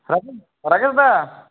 Rakesh রাকেশদা